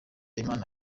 imana